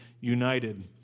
united